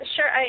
Sure